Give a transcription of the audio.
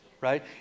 right